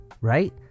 right